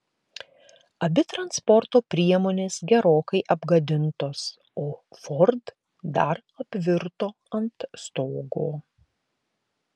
abi transporto priemonės gerokai apgadintos o ford dar apvirto ant stogo